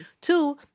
Two